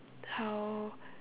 how